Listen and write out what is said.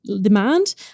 demand